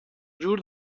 جور